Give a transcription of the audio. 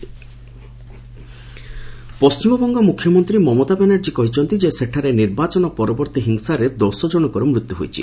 ଡବୁବି ମମତା ପଶ୍ଚିମବଙ୍ଗ ମୁଖ୍ୟମନ୍ତ୍ରୀ ମମତା ବାନାର୍ଜୀ କହିଛନ୍ତି ଯେ ସେଠାରେ ନିର୍ବାଚନ ପରବର୍ତ୍ତୀ ହିଂସାରେ ଦଶଜଣଙ୍କ ମୃତ୍ୟୁ ହୋଇଛି